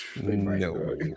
No